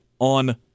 on